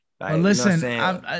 Listen